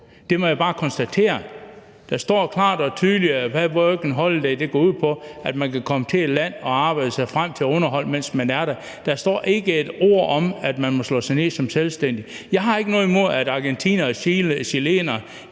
Det må jeg bare konstatere. Der står klart og tydeligt, hvad Working Holiday går ud på: at man kan komme til et land og arbejde sig frem til underhold, mens man er der. Der står ikke et ord om, at man må slå sig ned som selvstændig. Jeg har ikke noget imod, at argentinere og chilenere